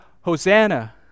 Hosanna